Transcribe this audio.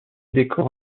décors